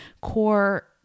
core